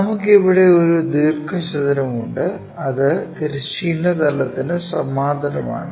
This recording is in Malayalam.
നമുക്ക് ഇവിടെ ഒരു ദീർഘചതുരം ഉണ്ട് ഇത് തിരശ്ചീന തലത്തിന് സമാന്തരമാണ്